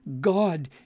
God